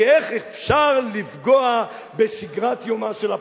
כי איך אפשר לפגוע בשגרת יומה של הפרה,